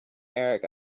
eric